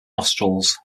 nostrils